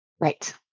Right